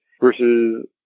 versus